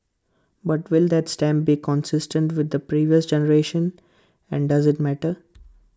but will that stamp be consistent with the previous generation and does IT matter